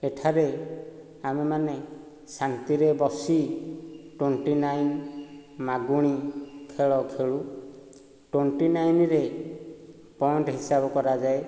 ଏଠାରେ ଆମେମାନେ ଶାନ୍ତିରେ ବସି ଟ୍ୱେଣ୍ଟି ନାଇନ ମାଗୁଣି ଖେଳ ଖେଳୁ ଟ୍ୱେଣ୍ଟିନାଇନରେ ପଏଣ୍ଟ ହିସାବ କରାଯାଏ